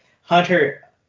Hunter